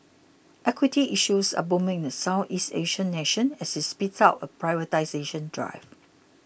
equity issues are booming in the Southeast Asian nation as it speeds up a privatisation drive